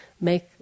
make